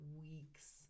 weeks